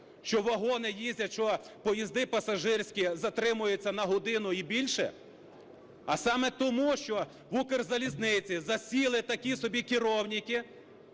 що вагони їздять, що поїзди пасажирські затримуються на годину і більше? А саме тому, що в "Укрзалізниці" засіли такі собі керівники,